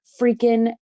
freaking